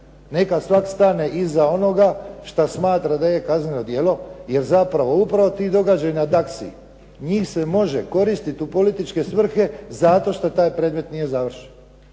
Neka svak stane iza onoga što smatra da je kazneno djelo, jer zapravo upravo ti događaji na .../Govornik se ne razumije./... njih se može koristiti u političke svrhe zato što taj problem nije završen